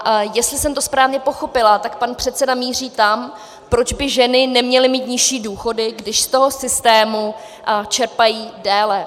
A jestli jsem to správně pochopila, tak pan předseda míří tam, proč by ženy neměly mít nižší důchody, když z toho systému čerpají déle.